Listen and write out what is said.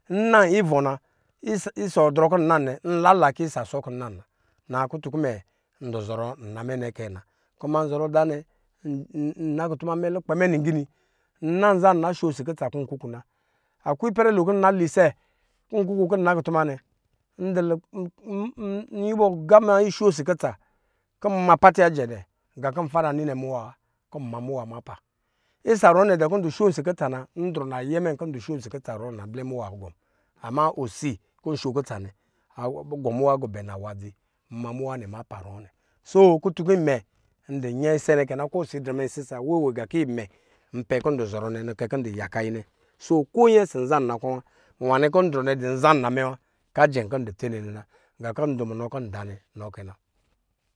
Nna ivɔ na isa ivɔ drɔɔ n la la kɔ isa sɔ kɔ nna na nga kɔ imɛ ndɔ zɔrɔ nna mɛ nɛ kɛɛ na kuma nzɔrɔ da nɛ ma kutuma mɛ lukpɛ mɛ lungi ni nnanza nnasho osi kutsa sakɔ nkuku na akwe ipɛrɛ lo kɔ nna li isa kɔ nkuku kɔ ndɔ nakutuma nɛ nyuwɔ gama isho osi kutsa ku nma patinya jɛ dɛ ngan kɔ npara ini nɛ mowa wa kɔ nmi muwa ma pa, isa ruwɔ nɛ de kɔ ndu shon osi kutsa na ndrɔ nayɛ mɛ nkɔ ndɛ shon osi kutsa na blɛ muwa agɔn ama osi kɔ nsho kutsa nɛ a gɔ muwa gɔɔ bɛ nawa dzi kɔ nma muwa nɛ mapa ruwɔ nɛ, so kutun kɔ imɛ ndɔ nyɛ isɛ nɛ kɛ nkɔ osi a drɛɛm isi sa wee we gan kɔ imɛ npɛ kɔ ndɔ zɔrɔ nɛ nɛ kɛ kɔ ndɔ yaka yi nɛ so ko nyɛn isi nzana kɔ wa nwa kɔ ndrɔ nɛ a dɔ nza nna mɛ wa kɔ ndɔ tsene nɛ na nga kɔ ndu munɔ kɔ nda nɛ kɛ na.